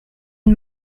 und